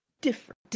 Different